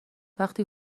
وقتی